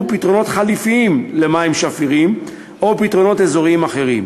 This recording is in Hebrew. פתרונות חלופיים למים שפירים או פתרונות אזוריים אחרים.